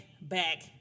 back